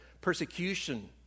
persecution